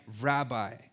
rabbi